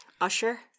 Usher